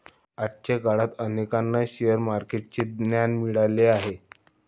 आजच्या काळात अनेकांना शेअर मार्केटचे ज्ञान मिळाले आहे